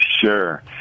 Sure